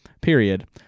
period